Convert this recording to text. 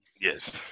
yes